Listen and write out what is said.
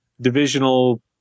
divisional